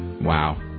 Wow